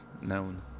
known